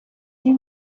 you